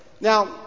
Now